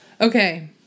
Okay